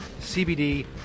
CBD